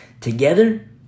together